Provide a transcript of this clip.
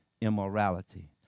immorality